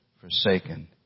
forsaken